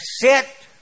sit